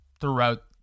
throughout